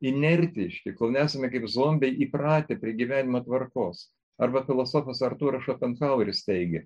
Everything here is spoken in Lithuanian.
inertiški kol nesame kaip zombiai įpratę prie gyvenimo tvarkos arba filosofas artūras šopenhaueris teigė